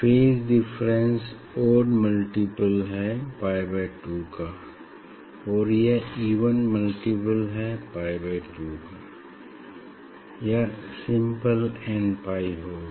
phase difference odd multiple है pi by 2 का और यह इवन मल्टीप्ल है पाई बाई 2 का या सिंपल n पाई होगा